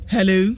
Hello